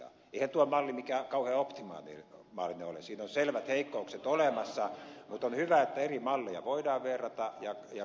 eihän tuo malli mikään kauhean optimaalinen ole siinä on selvät heikkoudet olemassa mutta on hyvä että eri malleja voidaan verrata ja katsoa